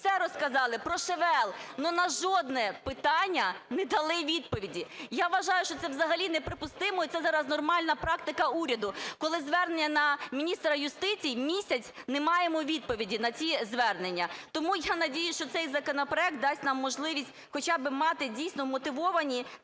все розказали, про ШВЛ, але на жодне питання не дали відповіді. Я вважаю, що це взагалі неприпустимо, і це зараз нормальна практика уряду, коли звернення на міністра юстиції - місяць не маємо відповіді на ці звернення. Тому, я надіюся, що цей законопроект дасть нам можливість хоча б мати дійсно вмотивовані